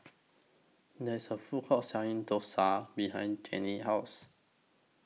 There's A Food Court Selling Dosa behind Jennie's House